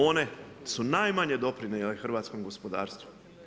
One su najmanje doprinijele hrvatskom gospodarstvu.